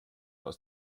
aus